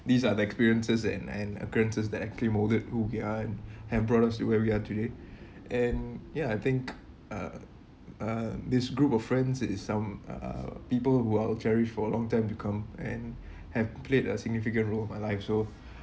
these are the experiences and and occurrences that actually molded who we are and and brought us to where we are today and ya I think uh uh this group of friends it is some uh uh people who I'll cherish for a long time to come and have played a significant role in my life so